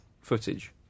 footage